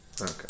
Okay